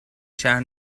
شهر